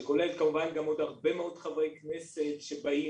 שכוללת כמובן גם עוד הרבה מאוד חברי כנסת שבאים